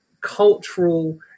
cultural